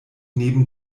neben